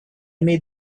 made